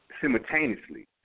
simultaneously